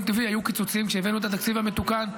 טבעי היו קיצוצים כשהבאנו את התקציב המתוקן,